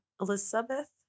Elizabeth